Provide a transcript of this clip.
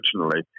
originally